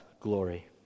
glory